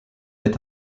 est